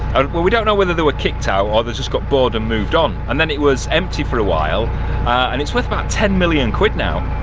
well we don't know whether they were kicked out or they just got bored and moved on and then it was empty for a while and it's worth about ten million quid now.